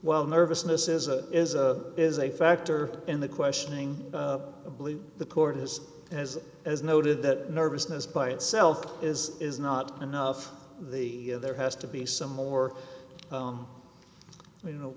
while nervousness is a is a is a factor in the questioning of believe the court has has as noted that nervousness by itself is is not enough the there has to be some more you know